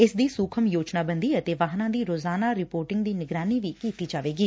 ਇਸ ਦੀ ਸੁਖ਼ਮ ਯੋਜਨਾਬੰਦੀ ਅਤੇ ਵਾਹਨਾਂ ਦੀ ਰੋਜ਼ਾਨਾ ਰਿਪੋਰਟਿੰਗ ਦੀ ਨਿਗਰਾਨੀ ਵੀ ਕੀਤੀ ਜਾਵੇਗੀ